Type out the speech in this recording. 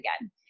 again